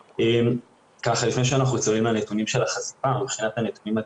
לפני שאנחנו צוללים לנתונים של החשיפה מבחינת הנתונים,